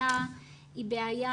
הבעיה היא בעיה